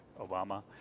Obama